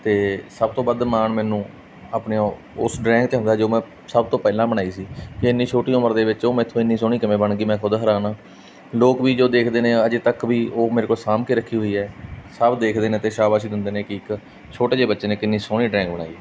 ਅਤੇ ਸਭ ਤੋਂ ਵੱਧ ਮਾਣ ਮੈਨੂੰ ਆਪਣੇ ਓ ਉਸ ਡਰਾਇੰਗ 'ਚੋਂ ਹੋਵੇਗਾ ਜੋ ਮੈਂ ਸਭ ਤੋਂ ਪਹਿਲਾਂ ਬਣਾਈ ਸੀ ਵੀ ਇੰਨੀ ਛੋਟੀ ਉਮਰ ਦੇ ਵਿੱਚ ਉਹ ਮੇਰੇ ਤੋਂ ਇੰਨੀ ਸੋਹਣੀ ਕਿਵੇਂ ਬਣੀ ਸੀ ਮੈਂ ਖੁਦ ਹੈਰਾਨ ਹਾਂ ਲੋਕ ਵੀ ਜੋ ਦੇਖਦੇ ਨੇ ਅਜੇ ਤੱਕ ਵੀ ਉਹ ਮੇਰੇ ਕੋਲ ਸਾਂਭ ਕੇ ਰੱਖੀ ਹੋਈ ਹੈ ਸਭ ਦੇਖਦੇ ਨੇ ਅਤੇ ਸ਼ਾਬਾਸ਼ ਦਿੰਦੇ ਨੇ ਕਿ ਇੱਕ ਛੋਟੇ ਜਿਹੇ ਬੱਚੇ ਨੇ ਕਿੰਨੀ ਸੋਹਣੀ ਡਰਾਇੰਗ ਬਣਾਈ